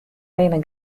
rinne